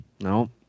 No